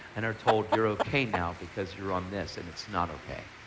and are told you're okay now because you're on this, and it's not okay.